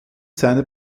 seiner